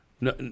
No